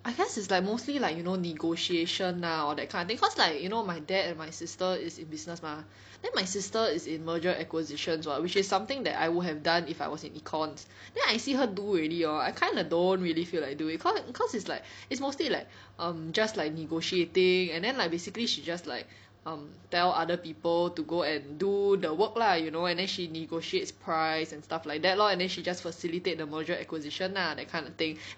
I guess it's like mostly like you know negotiation lah all that kind of thing cause like you know my dad and my sister is in business mah then my sister is in merger acquisitions [what] which is something that I would have done if I was in econs then I see her do already hor I kinda don't really feel like doing cause it's like it's mostly like um just like negotiating and then like basically she just like um tell other people to go and do the work lah you know and then she negotiates price and stuff like that lor and then she just facilitate the merger acquisition lah that kind of thing